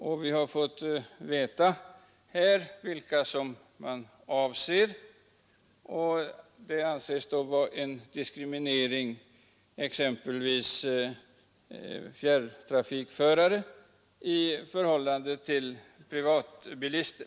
Vi har här fått veta vilka motionärerna avser: avgiften anses vara en diskriminering av exempelvis fjärrtrafikförare i förhållande till privatbilister.